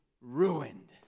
ruined